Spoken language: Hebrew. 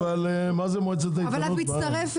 אבל את מצטרפת